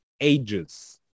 ages